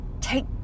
take